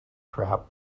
trap